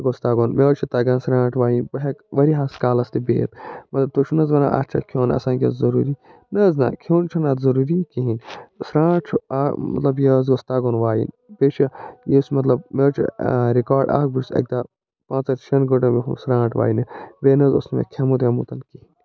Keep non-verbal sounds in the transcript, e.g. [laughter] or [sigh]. یہِ گوش تَگُن مےٚ حظ چھُ تگان سرارنٛٹ وایِنۍ بہٕ ہٮ۪کہٕ وارِیاہس کالس تہِ بِہتھ مطلب تۄہہِ چھُو نَہ حظ وَنن اَتھ چھا کھیوٚن آسن کیٚنٛہہ ضُروٗری نَہ حط نَہ کھیوٚن چھُنہٕ اتھ ضُروٗری کِہیٖنۍ سرانٛٹھ چھُ آ مطلب یہِ حظ گوٚژھ تَگُن وایِنۍ بیٚیہِ چھِ یُس مطلب مےٚ حط چھِ رِکاڈ اکھ بہٕ چھُ اَکہِ دۄہ پانٛژن شٮ۪ن گٲنٛٹن [unintelligible] سرانٛٹھ وایِنہِ بیٚیہِ نَہ حظ اوس نہٕ مےٚ کھوٚمُت ویمُتن کِہیٖنۍ